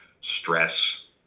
stress